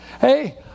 Hey